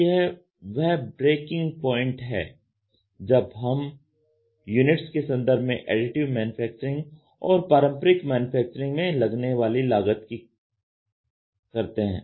तो यह वह ब्रेकिंग प्वाइंट है जब हम यूनिट्स के संदर्भ में एडिटिव मैन्युफैक्चरिंग और पारंपरिक मैन्युफैक्चरिंग में लगने वाली लागत की बात करते हैं